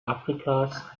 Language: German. afrikas